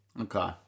Okay